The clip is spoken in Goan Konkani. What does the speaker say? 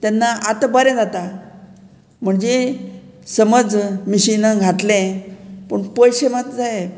तेन्ना आतां बरें जाता म्हणजे समज मिशिनां घातलें पूण पयशे मात जाये